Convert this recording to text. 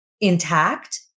intact